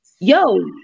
Yo